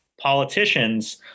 politicians